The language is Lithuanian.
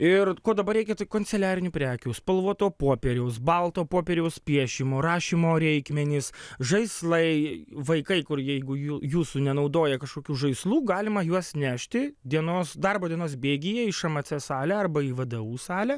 ir ko dabar reikia tai kanceliarinių prekių spalvoto popieriaus balto popieriaus piešimo rašymo reikmenys žaislai vaikai kur jeigu jūsų nenaudoja kažkokių žaislų galima juos nešti dienos darbo dienos bėgyje į šmc salę arba į vdu salę